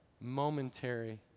momentary